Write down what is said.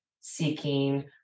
seeking